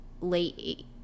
late